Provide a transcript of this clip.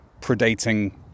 predating